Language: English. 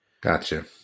gotcha